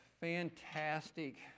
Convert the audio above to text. fantastic